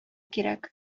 кирәк